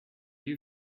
you